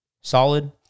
Solid